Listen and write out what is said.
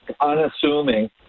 unassuming